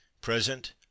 Present